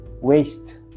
waste